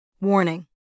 Warning